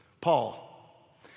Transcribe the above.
Paul